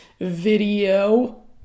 video